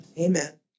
Amen